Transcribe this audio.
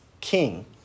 king